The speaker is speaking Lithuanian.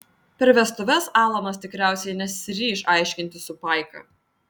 per vestuves alanas tikriausiai nesiryš aiškintis su paika